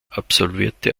absolvierte